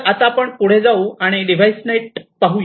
तर आता आपण पुढे जाऊ आणि डिव्हाइस नेटकडे पाहू